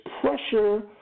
pressure